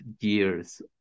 years